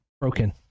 broken